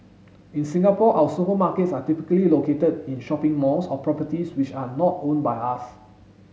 in Singapore our supermarkets are typically located in shopping malls or properties which are not owned by us